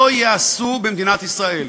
לא ייעשו במדינת ישראל.